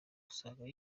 usanga